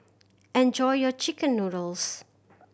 enjoy your chicken noodles